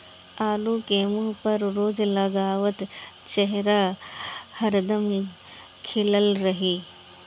आलू के मुंह पर रोज लगावअ त चेहरा हरदम खिलल रही